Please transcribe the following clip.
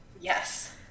Yes